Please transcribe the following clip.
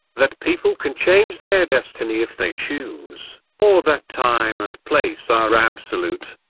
that people can change their destiny if they choose, or that time and place are absolute.